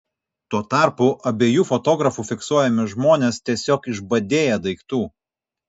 tuo tarpu abiejų fotografų fiksuojami žmonės tiesiog išbadėję daiktų